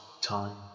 time